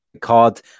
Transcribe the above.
card